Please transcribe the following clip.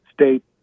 state